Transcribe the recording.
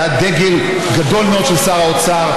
זה היה דגל גדול מאוד של שר האוצר,